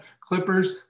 Clippers